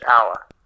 Hour